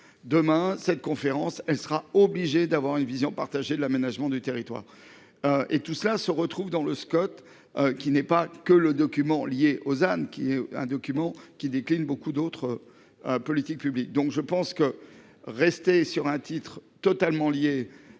Demain, cette conférence elle sera obligée d'avoir une vision partagée de l'aménagement du territoire. Et tout cela se retrouve dans le Scott, qui n'est pas que le document lié aux Anne qui est un document qui décline beaucoup d'autres. Politiques publiques donc je pense que rester sur un titre totalement lié.